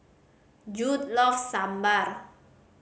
Jude loves Sambar